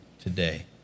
today